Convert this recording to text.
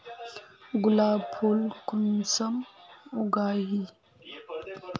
गुलाब फुल कुंसम उगाही?